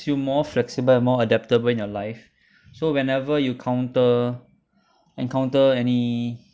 you more flexible and more adaptable in your life so whenever you ~counter encounter any